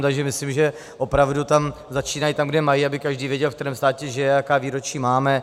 Takže myslím, že opravdu tam začínají, tam, kde mají, aby každý věděl, ve kterém státě žije a jaká výročí máme.